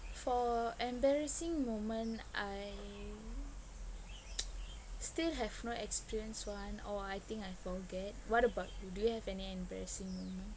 for embarrassing moment I still have not experience one or I think I forget what about you do you have any embarrassing moment